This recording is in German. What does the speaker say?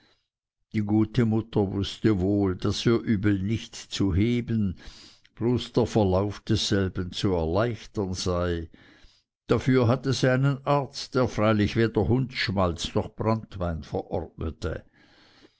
die gute mutter wußte wohl daß ihr übel nicht zu heben bloß der verlauf desselben zu erleichtern sei dafür hatte sie einen arzt der freilich weder hundsschmalz noch branntwein verordnete